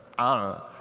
ah.